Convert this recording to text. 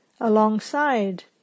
alongside